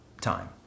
time